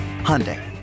Hyundai